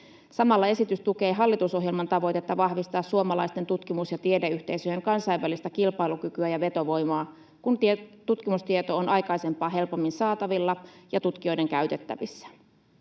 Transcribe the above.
Samalla esitys tukee hallitusohjelman tavoitetta vahvistaa suomalaisten tutkimus‑ ja tiedeyhteisöjen kansainvälistä kilpailukykyä ja vetovoimaa, kun tutkimustieto on aikaisempaa helpommin saatavilla ja tutkijoiden käytettävissä.